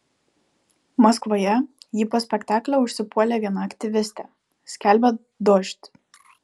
maskvoje jį po spektaklio užsipuolė viena aktyvistė skelbia dožd